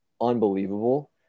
unbelievable